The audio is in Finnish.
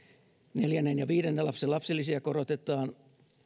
neljännen ja viidennen lapsen lapsilisiä korotetaan